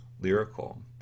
lyrical